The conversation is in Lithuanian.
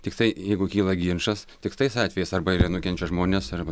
tiktai jeigu kyla ginčas tik tais atvejais arba yra nukenčia žmonės arba